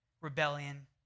rebellion